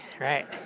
right